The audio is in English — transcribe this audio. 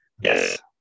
Yes